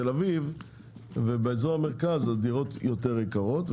בתל אביב ובאזור המרכז יותר יקרות,